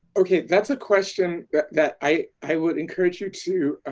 okay, that's a question that i i would encourage you to